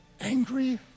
angry